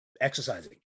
exercising